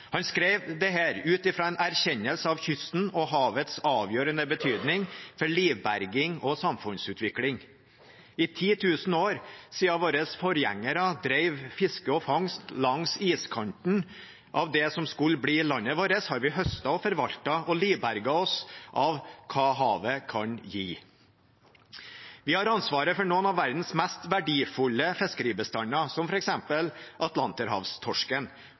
Han skrev dette ut fra en erkjennelse av kystens og havets avgjørende betydning for livberging og samfunnsutvikling. I 10 000 år siden våre forgjengere drev fiske og fangst langs iskanten av det som skulle bli landet vårt, har vi høstet, forvaltet og livberget oss av hva havet kan gi. Vi har ansvaret for noen av verdens mest verdifulle fiskebestander, som